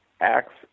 acts